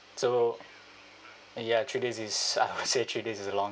so ya three days is uh three days is a long